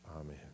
amen